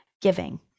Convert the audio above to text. giving